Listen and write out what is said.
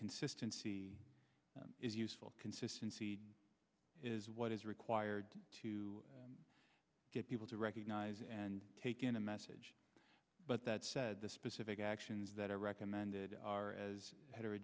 consistency is useful consistency is what is required to get people to recognize and take in a message but that said the specific actions that are recommended are as